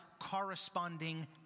corresponding